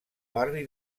barri